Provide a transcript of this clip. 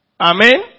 Amen